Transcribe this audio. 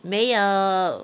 没有